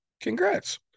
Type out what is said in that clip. Congrats